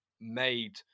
made